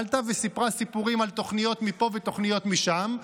עלתה וסיפרה סיפורים על תוכניות מפה ותוכניות משם,